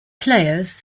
players